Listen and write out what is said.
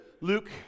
Luke